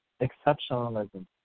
exceptionalism